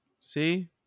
See